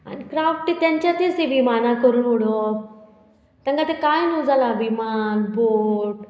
आनी क्राफ्ट तेंचें तीच ती विमानां करून उडोवप तांकां तें कांय न्हू जालां विमान बोट